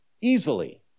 easily